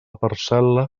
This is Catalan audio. parcel·la